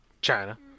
China